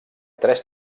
tres